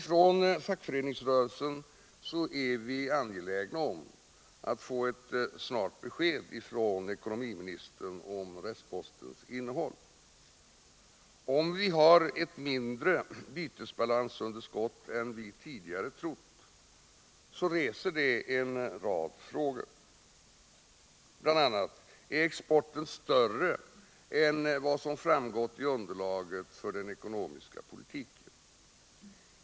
Från fackföreningsrörelsen är vi angelägna om att snart få besked från ekonomiministern om restpostens innehåll. Om vi har ett mindre bytesbalansunderskott än vi tidigare trott, så reser det en rad frågor, bl.a.: Är exporten större än vad som framgått av underlaget för den ekonomiska politiken?